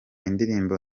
indirimbo